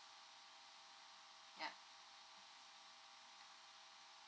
yup